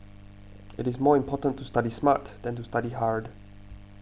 it is more important to study smart than to study hard